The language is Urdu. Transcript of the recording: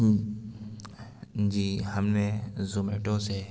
جی ہم نے زومیٹو سے